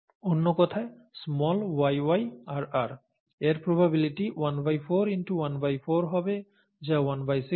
অন্য কথায় yyrr এর প্রবাবিলিটি ¼ x ¼ হবে যা 116